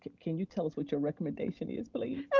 can you tell us what your recommendation is, please?